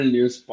News